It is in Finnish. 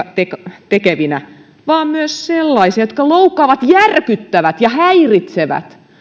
yhdentekevinä vaan myös sellaisia jotka loukkaavat järkyttävät ja häiritsevät